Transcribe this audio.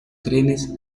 trenes